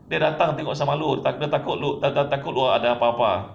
dia datang tengok sama lu tapi dia takut lu ta~ takut lu ada apa-apa